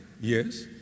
Yes